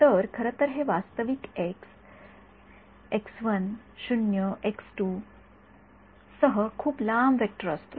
तर खरं तर हे वास्तविक एक्स सह खूप लांब वेक्टर असतो